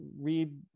read